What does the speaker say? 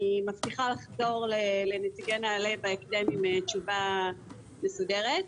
אני מבטיחה לחזור לנציגי נעל"ה בהקדם עם תשובה מסודרת.